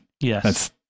Yes